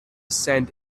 cent